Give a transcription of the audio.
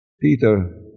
Peter